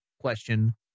question